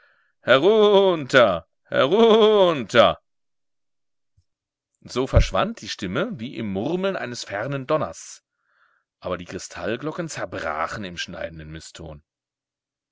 heru u unter so verschwand die stimme wie im murmeln eines fernen donners aber die kristallglocken zerbrachen im schneidenden